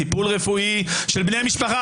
טיפול רפואי של בני משפחה.